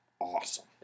awesome